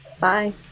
Bye